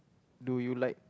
do you like